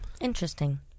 Interesting